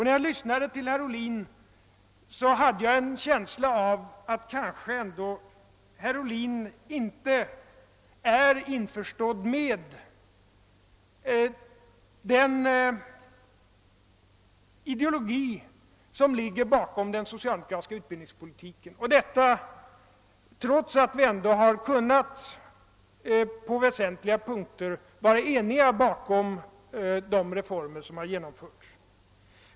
När jag lyssnade till herr Ohlin hade jag en känsla av att han kanske inte är införstådd med den ideologi, som ligger bakom den socialdemokratiska utbildningspolitiken, trots att vi ändå på väsentliga punkter kunnat vara eniga om de reformer som har genomförts.